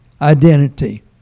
identity